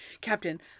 Captain